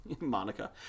Monica